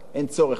אין צורך בזה.